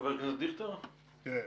חבר הכנסת דיכטר, בבקשה.